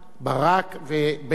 ברק ובייניש.